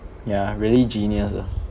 yeah really genius ah